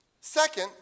Second